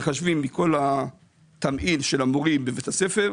מחשבים מכל התמהיל של המורים בבית הספר,